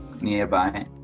nearby